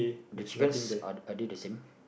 the chickens are are they the same